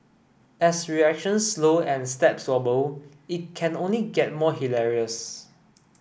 as reactions slow and steps wobble it can only get more hilarious